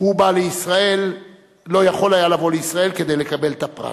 הוא לא יכול היה לבוא לישראל כדי לקבל את הפרס.